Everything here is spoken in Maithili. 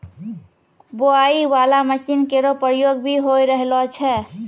बोआई बाला मसीन केरो प्रयोग भी होय रहलो छै